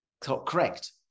Correct